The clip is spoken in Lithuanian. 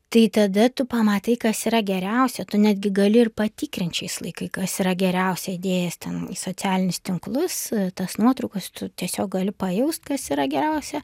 tai tada tu pamatai kas yra geriausia tu netgi gali ir patikrint šiais laikai kas yra geriausia įdėjęs ten į socialinius tinklus tas nuotraukas tu tiesiog gali pajaust kas yra geriausia